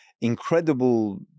Incredible